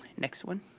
next one?